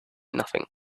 nothing